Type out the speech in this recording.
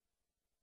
נגד?